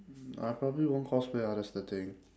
I probably won't cosplay ah that's the thing